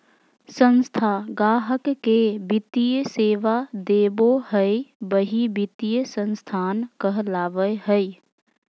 संस्था गाहक़ के वित्तीय सेवा देबो हय वही वित्तीय संस्थान कहलावय हय